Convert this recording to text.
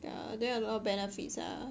yeah then a lot benefits are